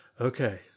okay